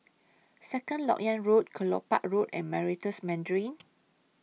Second Lok Yang Road Kelopak Road and Meritus Mandarin